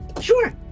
sure